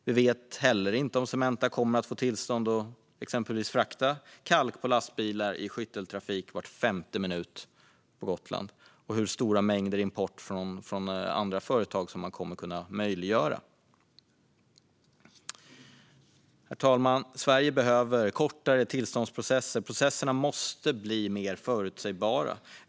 Vi vet inte heller om Cementa kommer att få tillstånd att exempelvis frakta kalk på lastbilar i skytteltrafik var femte minut på Gotland, eller hur stora mängder import från andra företag som man kommer att kunna möjliggöra. Herr talman! Sverige behöver kortare tillståndsprocesser. Processerna måste bli mer förutsägbara.